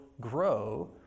grow